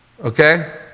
Okay